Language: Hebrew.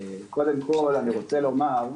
קודם כל אני רוצה לומר,